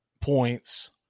points